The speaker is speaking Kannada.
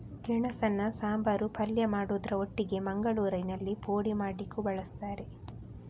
ಗೆಣಸನ್ನ ಸಾಂಬಾರು, ಪಲ್ಯ ಮಾಡುದ್ರ ಒಟ್ಟಿಗೆ ಮಂಗಳೂರಿನಲ್ಲಿ ಪೋಡಿ ಮಾಡ್ಲಿಕ್ಕೂ ಬಳಸ್ತಾರೆ